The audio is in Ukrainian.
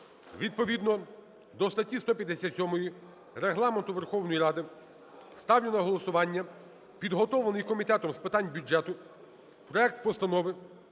Відповідно до статті 157 Регламенту Верховної Ради ставлю на голосування підготовлений Комітетом з питань бюджету проект Постанови